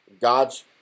God's